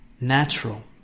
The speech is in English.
natural